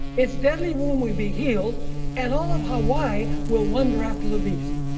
its deadly wound will be healed and all of hawaii will wonder after the beast.